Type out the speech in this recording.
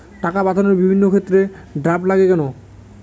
টাকা পাঠানোর বিভিন্ন ক্ষেত্রে ড্রাফট লাগে কেন?